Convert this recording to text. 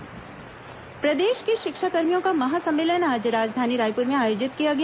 शिक्षाकर्मी महासम्मेलन प्रदेश के शिक्षाकर्मियों का महासम्मेलन आज राजधानी रायपुर में आयोजित किया गया